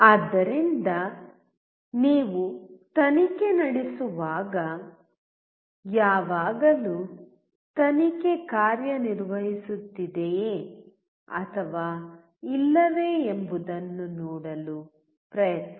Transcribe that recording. ಆದ್ದರಿಂದ ನೀವು ತನಿಖೆ ನಡೆಸುವಾಗ ಯಾವಾಗಲೂ ತನಿಖೆ ಕಾರ್ಯನಿರ್ವಹಿಸುತ್ತಿದೆಯೆ ಅಥವಾ ಇಲ್ಲವೇ ಎಂಬುದನ್ನು ನೋಡಲು ಪ್ರಯತ್ನಿಸಿ